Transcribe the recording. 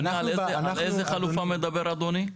על איזה חלופה מדבר אדוני?